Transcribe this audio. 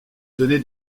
donné